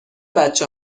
بچه